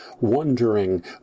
wondering